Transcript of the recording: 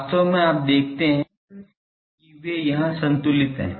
वास्तव में आप देखते हैं कि वे यहां संतुलित हैं